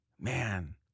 man